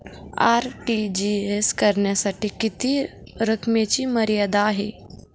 RTGS करण्यासाठी किती रकमेची मर्यादा आहे?